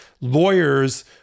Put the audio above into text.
lawyers